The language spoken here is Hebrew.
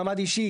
מעמד אישי,